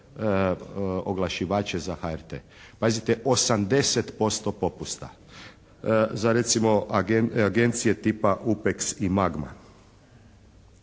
oglašivače za HRT. Pazite 80% popusta za recimo agencije tipa "Upeks" i